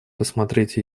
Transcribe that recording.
посмотреть